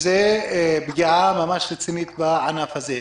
זו פגיעה ממש רצינית בענף הזה.